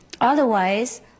Otherwise